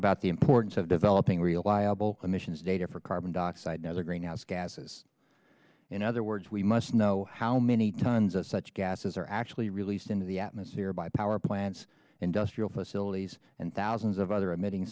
about the importance of developing reliable emissions data for carbon dioxide and other greenhouse gases in other words we must know how many times of such gases are actually be released into the atmosphere by power plants industrial facilities and thousands of other emitting